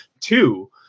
two